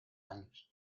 años